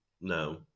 no